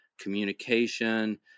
communication